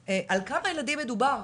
על כמה ילדים באמת מדובר,